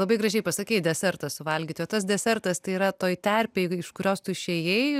labai gražiai pasakei desertą suvalgyti o tas desertas tai yra toj terpėj iš kurios tu išėjai